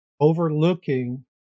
overlooking